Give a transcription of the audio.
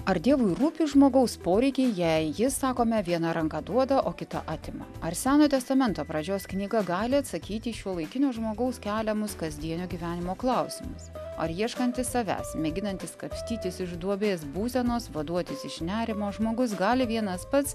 ar dievui rūpi žmogaus poreikiai jei jis sakome viena ranka duoda o kita atima ar senojo testamento pradžios knyga gali atsakyti į šiuolaikinio žmogaus keliamus kasdienio gyvenimo klausimus ar ieškantis savęs mėginantis kapstytis iš duobės būsenos vaduotis iš nerimo žmogus gali vienas pats